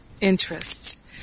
interests